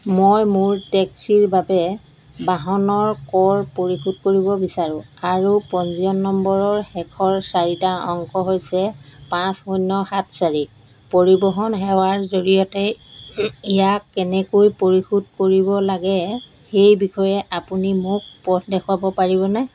মই মোৰ টেক্সিৰ বাবে বাহনৰ কৰ পৰিশোধ কৰিব বিচাৰোঁ আৰু পঞ্জীয়ন নম্বৰৰ শেষৰ চাৰিটা অংক হৈছে পাঁচ শূন্য সাত চাৰি পৰিবহণ সেৱাৰ জৰিয়তে ইয়াক কেনেকৈ পৰিশোধ কৰিব লাগে সেই বিষয়ে আপুনি মোক পথ দেখুৱাব পাৰিবনে